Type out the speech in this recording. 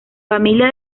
familia